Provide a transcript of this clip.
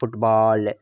football